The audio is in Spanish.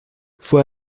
fue